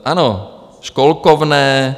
Ano, školkovné.